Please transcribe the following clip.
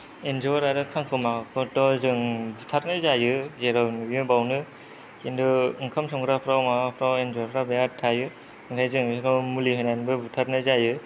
एन्जर आरो खांखमाफोर थ' जों बुथारनाय जायो जेराव नुयो बावनो किन्तु ओंखाम संग्राफ्राव माबाफोराव एन्जरफ्रा बेरात थायो ओमफ्राय जों बेखौ मुलि होनानैबो बुथारनाय जायो